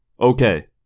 Okay